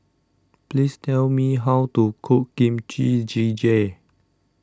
please tell me how to cook Kimchi Jjigae